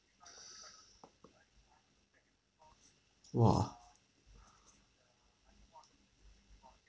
!wah!